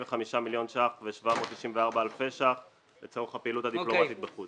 45 מיליון ו- 794,000 שקלים לצורך הפעילות הדיפלומטית בחוץ לארץ.